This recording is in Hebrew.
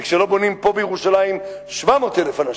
וכשלא בונים פה בירושלים ל-700,000 אנשים,